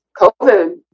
COVID